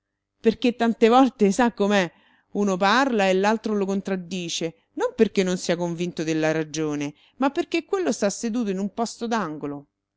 perché tante volte sa com'è uno parla e l'altro lo contraddice non perché non sia convinto della ragione ma perché quello sta seduto in un posto